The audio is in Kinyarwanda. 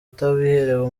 atabiherewe